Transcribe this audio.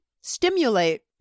stimulate